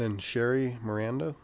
then sherry miranda